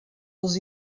els